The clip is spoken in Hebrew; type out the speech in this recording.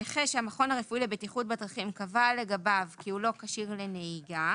נכה שהמכון הרפואי לבטיחות בדרכים קבע לגביו כי הוא לא כשיר לנהיגה,